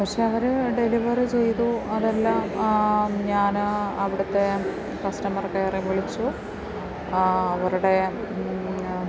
പക്ഷേ അവർ ഡെലിവറി ചെയ്തു അതെല്ലാം ഞാൻ അവിടുത്തെ കസ്റ്റമർ കെയറെ വിളിച്ചു അവരുടെ